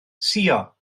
suo